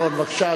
אומר,